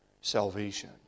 salvation